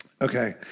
Okay